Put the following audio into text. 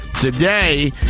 today